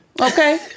okay